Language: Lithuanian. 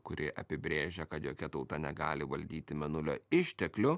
kuri apibrėžia kad jokia tauta negali valdyti mėnulio išteklių